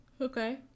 okay